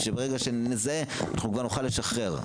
בשביל שברע שנזהה אנחנו כבר נוכל לשחרר.